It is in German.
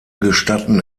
gestatten